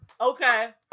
Okay